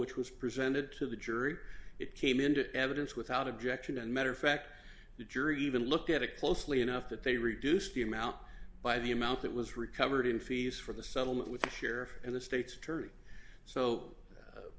which was presented to the jury it came into evidence without objection and matter of fact the jury even looked at it closely enough that they reduced the amount by the amount that was recovered in fees for the settlement with the sheriff and the state's attorney so